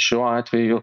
šiuo atveju